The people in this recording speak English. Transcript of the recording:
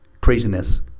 Craziness